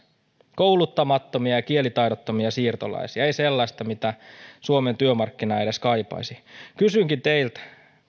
kouluttamattomia kielitaidottomia siirtolaisia ei sellaisia mitä suomen työmarkkina edes kaipaisi kysynkin teiltä